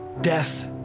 death